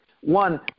One